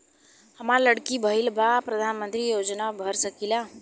हमार लड़की भईल बा प्रधानमंत्री योजना भर सकीला?